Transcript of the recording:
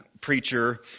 preacher